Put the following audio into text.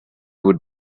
would